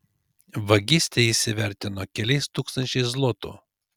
vagystę jis įvertino keliais tūkstančiais zlotų